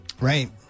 Right